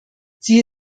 sie